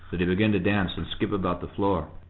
that he began to dance and skip about the floor.